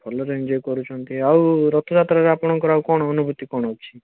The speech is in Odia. ଭଲରେ ଏଞ୍ଜଜୟ କରୁଛନ୍ତି ଆଉ ରଥଯାତ୍ରାରେ ଆପଣଙ୍କ ଆଉ କ'ଣ ଅନୁଭୂତି କ'ଣ ଅଛି